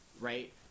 Right